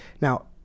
Now